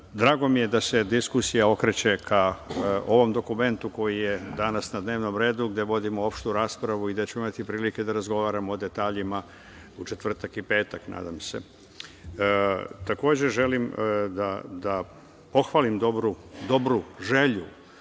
Drago mi je da se diskusija okreće ka ovom dokumentu koji je danas na dnevnom redu, gde vodimo opštu raspravu i gde ćemo imati prilike da razgovaramo o detaljima u četvrtak i petak, nadam se. Takođe, želim da pohvalim dobru želju